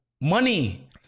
money